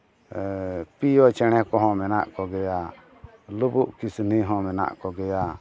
ᱯᱤᱭᱳ ᱪᱮᱬᱮ ᱠᱚ ᱦᱚᱸ ᱢᱮᱱᱟᱜ ᱠᱚᱜᱮᱭᱟ ᱞᱩᱵᱩᱜ ᱠᱤᱥᱱᱤ ᱦᱚᱱ ᱢᱮᱱᱟᱜ ᱠᱚᱜᱮᱭᱟ